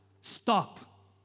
stop